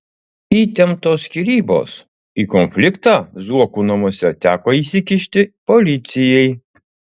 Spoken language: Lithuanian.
įtemptos skyrybos į konfliktą zuokų namuose teko įsikišti policijai